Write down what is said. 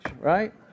right